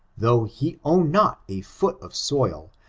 though he own not a foot of soil,